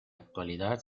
actualidad